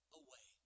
away